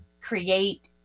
create